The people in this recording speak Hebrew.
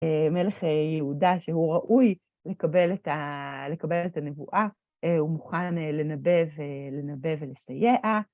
מלך יהודה שהוא ראוי לקבל את הנבואה, הוא מוכן לנבא ולסייע.